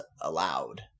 allowed